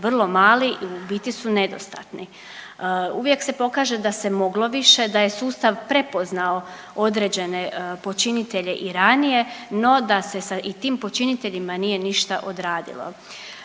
vrlo mali i u biti su nedostatni, uvijek se pokaže da se moglo više, da je sustav prepoznao određene počinitelje i ranije, no da se sa i tim počiniteljima nije ništa odradilo.